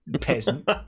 peasant